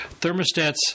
thermostats